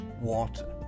water